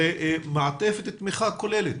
למעטפת תמיכה כוללת.